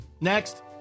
Next